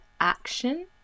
action